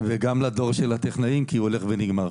וגם לדור הטכנאים, כי הוא הולך ונגמר.